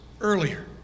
earlier